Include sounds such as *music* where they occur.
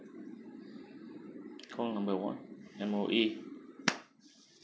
call number one M_O_E *noise*